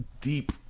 deep